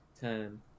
ten